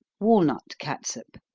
walnut catsup.